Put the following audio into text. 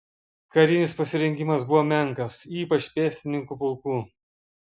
karinis pasirengimas buvo menkas ypač pėstininkų pulkų